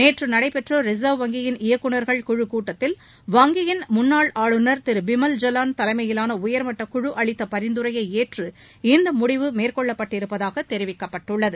நேற்று நடைபெற்ற ரிசா்வ் வங்கியின் இயக்குநர்கள் குழு கூட்டத்தில் வங்கியின் முன்னாள் ஆளுநர் திரு ஜலான் தலைமையிலான உயர்மட்டக்குழு அளித்த பரிந்துரையை ஏற்ற இந்த முடிவு பிமல் மேற்கொள்ளப்பட்டிருப்பதாக தெரிவிக்கப்பட்டுள்ளது